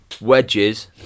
wedges